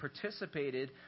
participated